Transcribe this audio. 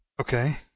Okay